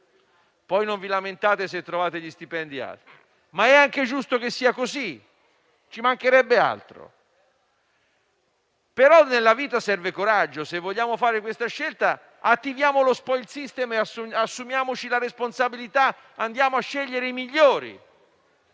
Poi non vi lamentate se gli stipendi sono alti! D'altra parte, è anche giusto che sia così, ci mancherebbe altro. Tuttavia, nella vita serve coraggio: se vogliamo fare questa scelta attiviamo lo *spoil system*, assumiamoci la responsabilità, andiamo a scegliere i migliori.